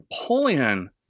Napoleon